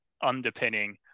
underpinning